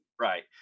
Right